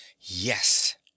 yes